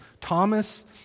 Thomas